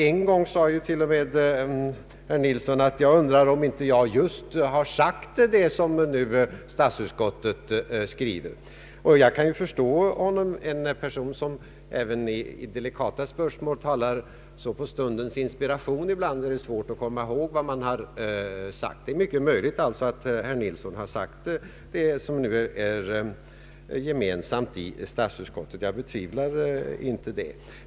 En gång sade herr Nilsson till och med att han undrade om han inte just hade sagt det som statsutskottet skrivit. Jag kan förstå honom. För en person som även i delikata spörsmål talar så på stundens inspiration är det svårt att ibland komma ihåg vad man har sagt. Det är möjligt att herr Nilsson sagt det som nu är gemensamt för honom och statsutskottet. Jag betvivlar inte det.